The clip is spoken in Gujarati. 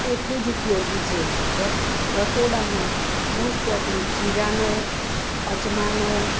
એટલું જ ઉપયોગી છે રસોડામાં મોસ્ટ ઓફલી જીરાનો અજમાનો